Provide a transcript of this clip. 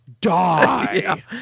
die